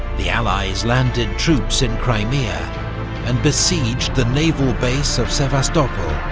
the allies landed troops in crimea and besieged the naval base of sevastopol,